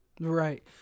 Right